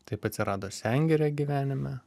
taip atsirado sengirė gyvenime